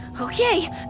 Okay